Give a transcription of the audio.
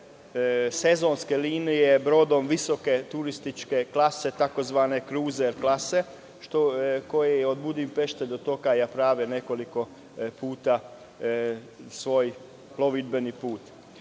sezonske linije brodom visoke turističke klase tzv. kruzer klase, koje od Budimpešte prave nekoliko puta svoj plovidbeni put.